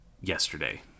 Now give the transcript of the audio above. yesterday